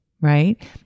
right